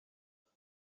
بیاد